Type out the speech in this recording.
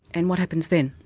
and what happens then?